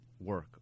work